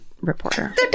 reporter